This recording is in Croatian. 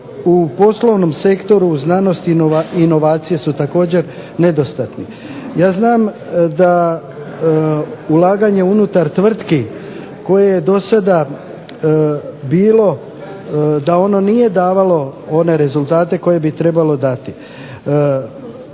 u poslovnom sektoru u znanost i inovacije su također nedostatni. Ja znam da ulaganja unutar tvrtki koje je dosada bilo da ono nije davalo one rezultate koje bi trebalo dati.